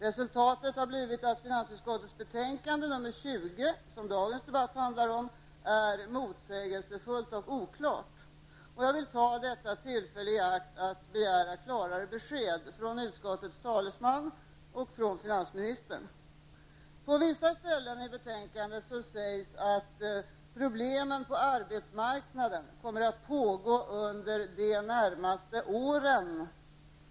Resultatet har blivit att finansutskottets betänkande nr 20, som dagens debatt handlar om, är motsägelsefullt och oklart. Jag vill ta detta tillfälle i akt att begära klarare besked från utskottets talesman och från finansministern. På vissa ställen i betänkandet sägs att problemen på arbetsmarknaden kommer att finnas kvar under de närmaste åren.